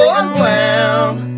unwound